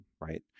right